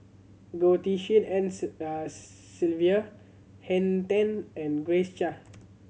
Goh Tshin En Sylvia Henn Tan and Grace Chia